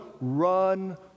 run